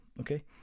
okay